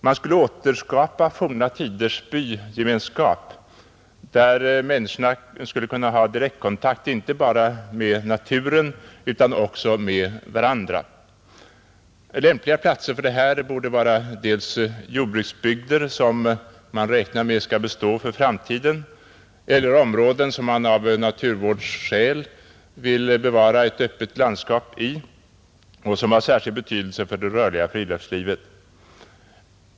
Man skulle återskapa forna tiders bygemenskap, där människorna kunde ha direkt kontakt inte bara med naturen utan också med varandra. Lämpliga platser för detta borde vara dels jordbruksbygder, som man räknar med skall bestå för framtiden, dels områden som man av naturvårdsskäl vill bevara ett öppet landskap i och som har särskild betydelse för det rörliga friluftslivet.